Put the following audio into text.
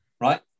Right